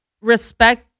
Respect